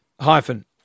Hyphen